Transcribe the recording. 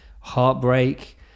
heartbreak